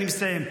אני מסיים.